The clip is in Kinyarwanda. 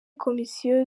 komisiyo